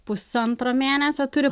pusantro mėnesio turi